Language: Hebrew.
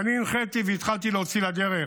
ואני הנחיתי והתחלתי להוציא לדרך